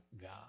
God